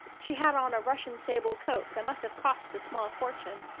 she had on a russian-sable coat that must have cost a small fortune.